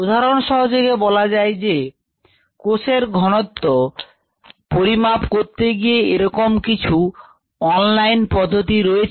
উদাহরণ হিসেবে আমরা যদি কোষের ঘনত্ব পরিমাপ করি তাহলে এরকম কিছু অনলাইন পদ্ধতি রয়েছে